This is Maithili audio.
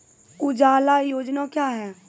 उजाला योजना क्या हैं?